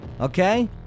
okay